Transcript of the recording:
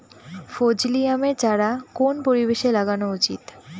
ফজলি আমের চারা কোন পরিবেশে লাগানো উচিৎ?